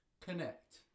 Connect